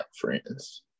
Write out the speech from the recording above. friends